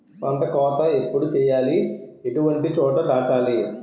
పంట కోత ఎప్పుడు చేయాలి? ఎటువంటి చోట దాచాలి?